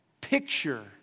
picture